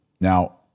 Now